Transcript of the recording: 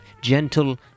gentle